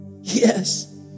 yes